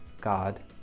God